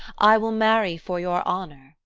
i will marry for your honour.